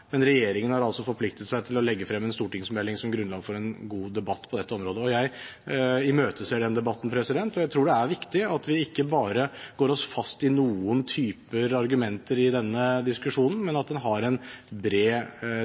Men regjeringen har altså forpliktet seg til å legge fram en stortingsmelding som grunnlag for en god debatt på dette området. Jeg imøteser den debatten, og jeg tror det er viktig at vi ikke bare går oss fast i noen typer argumenter i denne diskusjonen, men at en har en bred